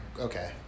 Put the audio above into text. Okay